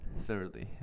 thirdly